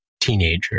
teenager